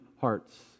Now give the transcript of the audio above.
hearts